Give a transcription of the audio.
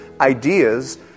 ideas